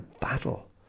battle